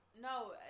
No